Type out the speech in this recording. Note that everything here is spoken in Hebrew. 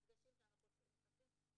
אלה לפחות שאני בקשר אישי איתם,